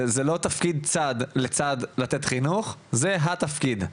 זה לא תפקיד צד לצד לתת חינוך זה התפקיד,